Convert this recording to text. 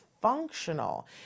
functional